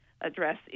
address